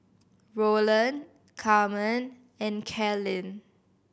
Roland Carmen and Carlyn